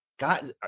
God